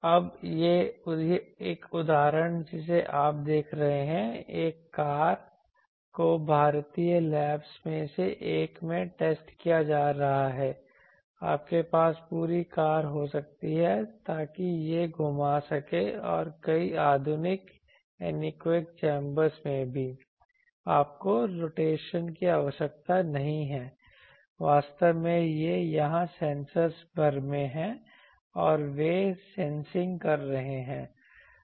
अब यह एक उदाहरण है जिसे आप देख रहे हैं एक कार को भारतीय लैबज़ में से एक में टेस्ट किया जा रहा है आपके पास पूरी कार हो सकती है ताकि यह घुमा सके और कई आधुनिक एनीकोएक चैंबर्स में भी आपको रोटेशन की आवश्यकता नहीं है वास्तव में यहाँ सेंसरज़ भर में हैं और वे सेंसिंग कर रहे हैं